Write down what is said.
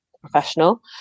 professional